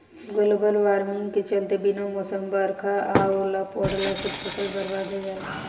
global warming के चलते बिना मौसम बरखा आ ओला पड़ला से फसल बरबाद हो जाला